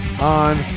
on